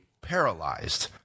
paralyzed